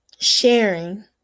sharing